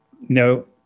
No